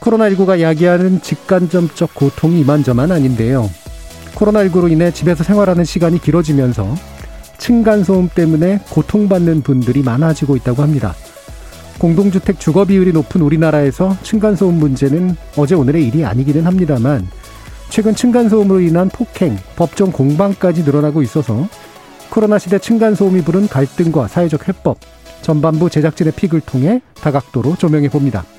코로나19가 야기하는 직간접적 고통이 이만저만 아닌데요. 코로나19로 인해 집에서 생활하는 시간이 길어지면서 층간소음 때문에 고통받는 분들이 많아지고 있다고 합니다. 공동주택 주거비율이 높은 우리나라에서 층간소음 문제는 어제오늘의 일이 아니기는 합니다만 최근 층간소음으로 인한 폭행, 법정 공방까지 늘어나고 있어서 코로나 시대 층간소음이 부른 갈등과 사회적 해법, 전반부 제작진의 픽을 통해 다각도로 조명해봅니다.